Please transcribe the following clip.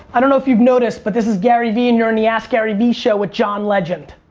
i don't know if you've noticed, but this is garyvee and you're on the askgaryvee show with john legend.